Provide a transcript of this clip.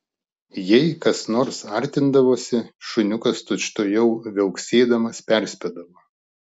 jei kas nors artindavosi šuniukas tučtuojau viauksėdamas perspėdavo